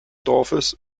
dorfes